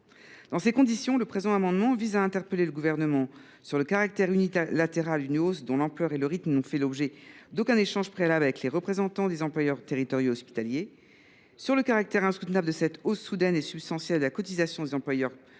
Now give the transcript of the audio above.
Dans ces conditions, le présent amendement vise à interpeller le Gouvernement : sur le caractère unilatéral d’une hausse dont l’ampleur et le rythme n’ont fait l’objet d’aucun échange préalable avec les représentants des employeurs territoriaux et hospitaliers ; sur le caractère insoutenable de cette hausse soudaine et substantielle de la cotisation des employeurs publics